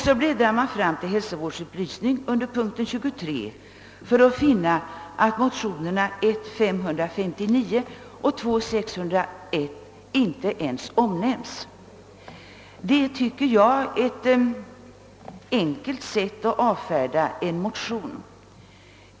Så bläddrar man fram till punkt 23 om hälso vårdsupplysning, för att finna att mo tionerna I: 559 och II: 601 inte ens omnämns. Det tycker jag är ett alltför enkelt sätt att avfärda en motion.